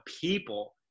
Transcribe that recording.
people